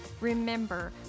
Remember